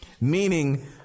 Meaning